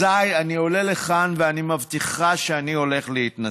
אז אני עולה לכאן ואני מבטיחך שאני הולך להתנצל.